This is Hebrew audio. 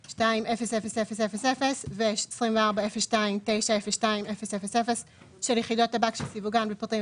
24.02.200000 ו-24.02.902000 של יחידות טבק שסיווגן בפרטים